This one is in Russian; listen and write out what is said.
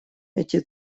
эти